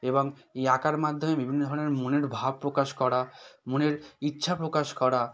এবং এই আঁকার মাধ্যমে বিভিন্ন ধরনের মনের ভাব প্রকাশ করা মনের ইচ্ছা প্রকাশ করা